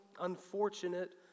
unfortunate